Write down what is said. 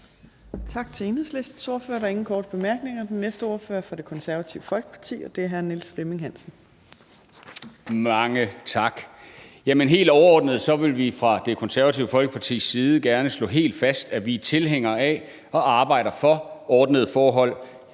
Tak til Enhedslistens ordfører. Der er ingen korte bemærkninger. Den næste ordfører er fra Det Konservative Folkeparti, og det er hr. Niels Flemming Hansen. Kl. 14:22 (Ordfører) Niels Flemming Hansen (KF): Mange tak. Helt overordnet vil vi fra Det Konservative Folkepartis side gerne slå helt fast, at vi er tilhængere af og arbejder for ordnede forhold